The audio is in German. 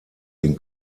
den